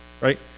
right